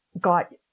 got